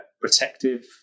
protective